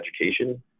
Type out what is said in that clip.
education